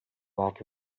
lack